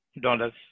dollars